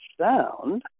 sound